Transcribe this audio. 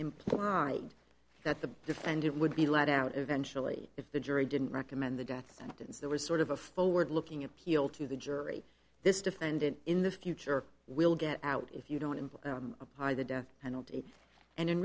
implied that the defendant would be let out eventually if the jury didn't recommend the death sentence there was sort of a forward looking appeal to the jury this defendant in the future will get out if you don't impose upon the death penalty and